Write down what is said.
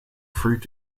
fruit